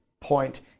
point